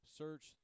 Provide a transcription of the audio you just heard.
search